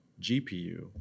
GPU